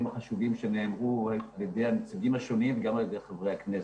החשובים שנאמרו על ידי הנציגים השונים וגם על ידי חברי הכנסת.